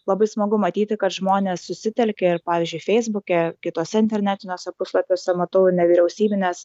labai smagu matyti kad žmonės susitelkia ir pavyzdžiui feisbuke kituose internetiniuose puslapiuose matau nevyriausybinės